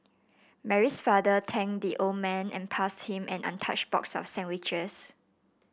Mary's father thanked the old man and passed him an untouched box of sandwiches